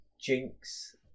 jinx